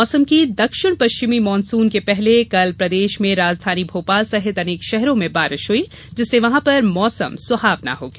मौसम दक्षिण पश्चिमी मानसून के पहले कल प्रदेश में राजधानी भोपाल सहित अनेक शहरों में बारिश हुई जिससे वहां पर मौसम सुहावना हो गया